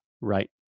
right